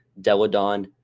Deladon